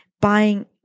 buying